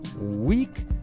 week